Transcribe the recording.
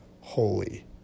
holy